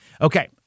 Okay